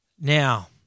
Now